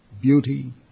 beauty